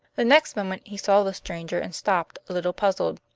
the next moment he saw the stranger and stopped, a little puzzled.